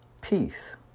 peace